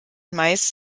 meist